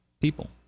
people